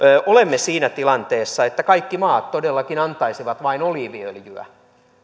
olemme siinä tilanteessa että kaikki maat todellakin antaisivat vain oliiviöljyä